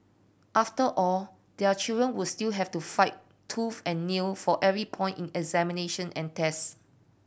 after all their children would still have to fight tooth and nail for every point in examination and test